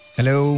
Hello